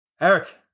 Eric